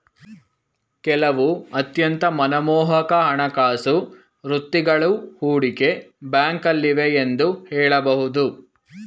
ಕೆಲವು ಅತ್ಯಂತ ಮನಮೋಹಕ ಹಣಕಾಸು ವೃತ್ತಿಗಳು ಹೂಡಿಕೆ ಬ್ಯಾಂಕ್ನಲ್ಲಿವೆ ಎಂದು ಹೇಳಬಹುದು